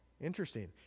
interesting